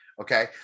okay